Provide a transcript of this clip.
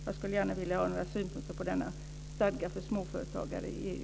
Jag skulle gärna vilja ha några synpunkter på stadgan för småföretag i EU.